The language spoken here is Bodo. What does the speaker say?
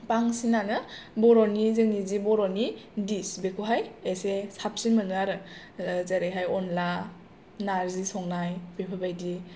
बांसिनानो बर'नि जोंनि जे बर'नि दिस बेखौहाय एसे साबसिन मोनो आरो जेरैहाय अनला नार्जि संनाय बेफोरबादि